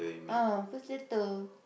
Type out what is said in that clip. ah first letter